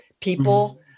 people